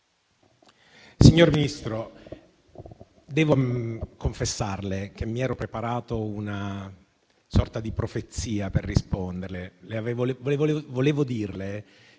Signor Ministro, devo confessarle che mi ero preparato una sorta di profezia per risponderle. Volevo dirle